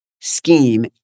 scheme